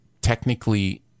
technically